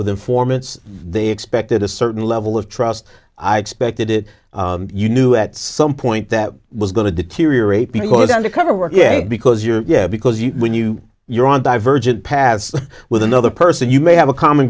with informants they expected a certain level of trust i expected it you knew at some point that was going to deteriorate because undercover work yeah because you're yeah because you when you you're on divergent paths with another person you may have a common